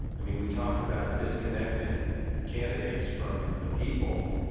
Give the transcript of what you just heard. i mean, we talk about disconnecting candidates from the people.